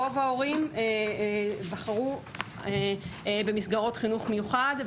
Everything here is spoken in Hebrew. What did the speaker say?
בחרו במסגרות חינוך מיוחד,